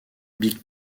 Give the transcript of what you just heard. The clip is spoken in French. big